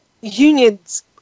unions